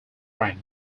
rank